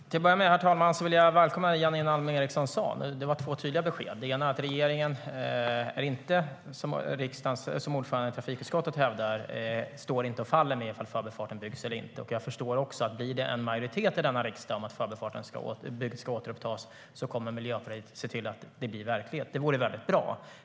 STYLEREF Kantrubrik \* MERGEFORMAT Utgiftsramar och beräkning av stats-inkomsternaJag förstår också att om det blir en majoritet i denna riksdag för att bygget av Förbifarten ska återupptas kommer Miljöpartiet att se till att det blir verklighet. Det vore väldigt bra.